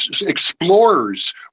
explorers